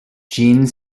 gene